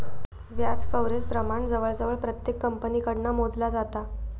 व्याज कव्हरेज प्रमाण जवळजवळ प्रत्येक कंपनीकडना मोजला जाता